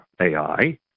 AI